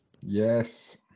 Yes